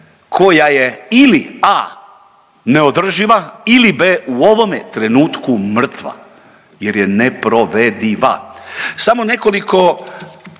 koja je ili a) neodrživa ili b) u ovome trenutku mrtva jer ne neprovediva. Samo nekoliko